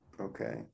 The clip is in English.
Okay